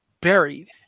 buried